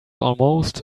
almost